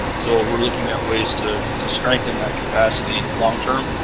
so, we're looking at ways to to strengthen that capacity long term.